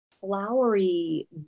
flowery